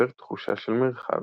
יוצר תחושה של מרחב.